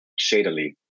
shadily